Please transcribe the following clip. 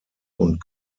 und